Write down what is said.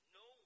no